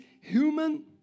human